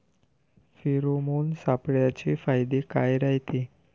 Pheromone सापळ्याचे फायदे काय रायते?